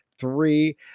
three